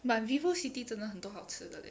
but vivo city 真的很多好吃的 leh